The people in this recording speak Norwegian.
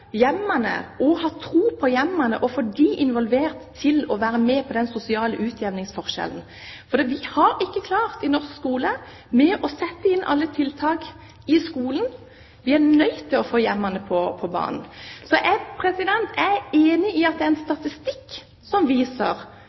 hjemmene, ha tro på hjemmene og få dem involvert i å være med på å jevne ut de sosiale forskjellene. For vi har ikke klart å sette inn alle tiltak i norsk skole. Vi er nødt til å få hjemmene på banen. Jeg er enig i at det er en statistikk som viser